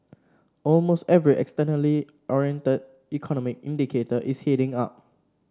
almost every externally oriented economic indicator is heading up